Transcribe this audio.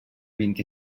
vint